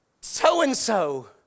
so-and-so